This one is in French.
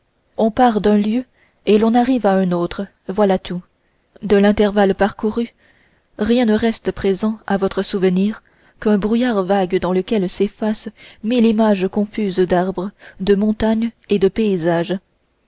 on part d'un lieu et l'on arrive à un autre voilà tout de l'intervalle parcouru rien ne reste présent à votre souvenir qu'un brouillard vague dans lequel s'effacent mille images confuses d'arbres de montagnes et de paysages